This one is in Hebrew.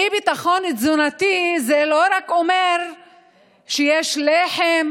אי-ביטחון תזונתי זה לא אומר שיש רק לחם